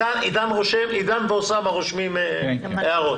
עידן ואוסאמה רושמים את ההערות.